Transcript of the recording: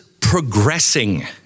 progressing